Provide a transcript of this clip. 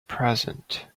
present